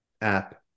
app